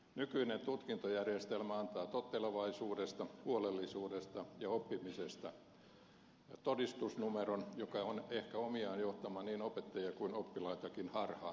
nykyinen tutkintojärjestelmä antaa tottelevaisuudesta huolellisuudesta ja oppimisesta todistusnumeron joka on ehkä omiaan johtamaan niin opettajia kuin oppilaitakin harhaan